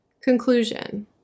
Conclusion